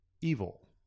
evil